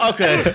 Okay